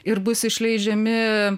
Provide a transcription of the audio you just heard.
ir bus išleidžiami